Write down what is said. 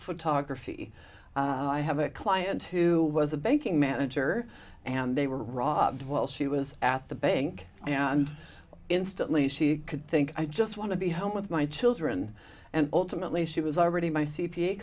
photography i have a client who was a banking manager and they were robbed while she was at the bank and instantly she could think i just want to be home with my children and ultimately she was already my c